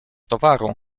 towaru